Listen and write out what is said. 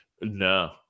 No